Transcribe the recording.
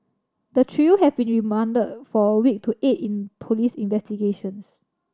the trio have been remanded for a week to aid in police investigations